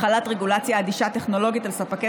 החלת רגולציה אדישה טכנולוגית על ספקי